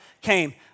came